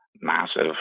massive